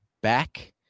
back